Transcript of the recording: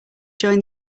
joined